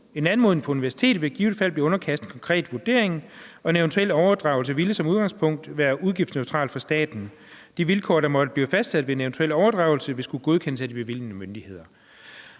En anmodning fra universitetet vil i givet fald blive underkastet en konkret vurdering, og en eventuel overdragelse ville som udgangspunkt være udgiftsneutral for staten. De vilkår, der måtte blive fastsat ved en eventuel overdragelse, ville skulle godkendes af de bevilgende myndigheder.